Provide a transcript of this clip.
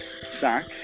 sack